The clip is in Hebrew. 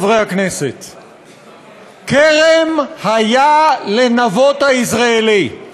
חברי הכנסת קיש, מועלם-רפאלי או סמוטריץ,